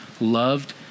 loved